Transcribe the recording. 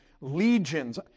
legions